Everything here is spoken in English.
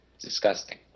disgusting